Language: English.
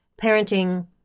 parenting